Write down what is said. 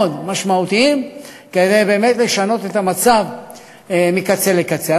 משמעותיים כדי באמת לשנות את המצב מקצה לקצה.